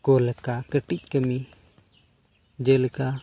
ᱠᱚᱞᱠᱟ ᱠᱟᱹᱴᱤᱡ ᱠᱟᱹᱢᱤ ᱡᱮᱞᱮᱠᱟ